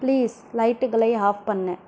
please லைட்டுகளை off பண்ணு